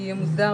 צריך להיות,